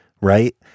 right